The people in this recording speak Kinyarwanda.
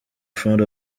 front